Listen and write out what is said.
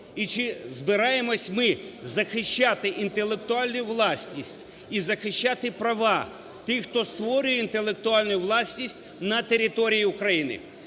і чи зберемося ми захищати інтелектуальну власність і захищати права тих, хто створює інтелектуальну власність на території України.